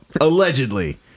Allegedly